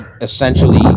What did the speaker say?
essentially